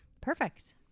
Perfect